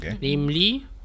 namely